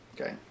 okay